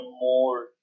more